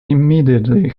immediately